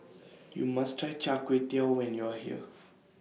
YOU must Try Chai Kuay Tow when YOU Are here